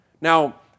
Now